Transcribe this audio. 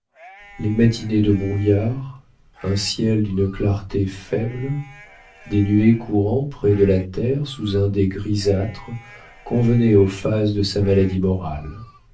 les matinées de brouillard un ciel d'une clarté faible des nuées courant près la terre sous un dais grisâtre convenaient aux phases de sa maladie morale